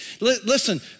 Listen